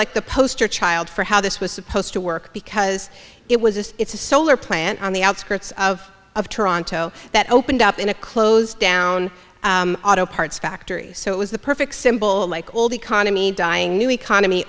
like the poster child for how this was supposed to work because it was it's a solar plant on the outskirts of of toronto that opened up in a closed down auto parts factory so it was the perfect symbol of like old economy dying new economy